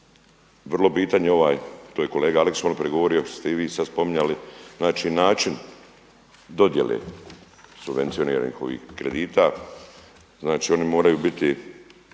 vrlo bitan je ovaj, to je kolega Aleksić malo prije govorio što ste i vi sada spominjali, znači način dodjele subvencioniranih ovih kredita. Znači oni moraju biti,